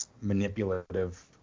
manipulative